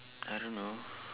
I don't know